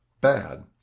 bad